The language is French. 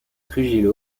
trujillo